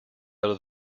out